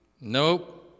nope